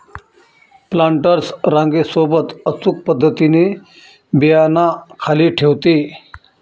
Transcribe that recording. planters रांगे सोबत अचूक पद्धतीने बियांना खाली ठेवते